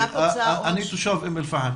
אני תושב אום אל פאחם,